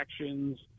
actions